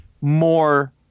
more